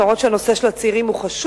גם אם הנושא של הצעירים הוא חשוב,